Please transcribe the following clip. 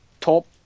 top